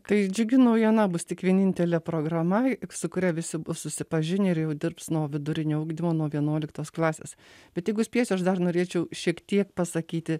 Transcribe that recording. tai džiugi naujiena bus tik vienintelė programa su kuria visi bus susipažinę ir jau dirbs nuo vidurinio ugdymo nuo vienuoliktos klasės bet jeigu spėsiu aš dar norėčiau šiek tiek pasakyti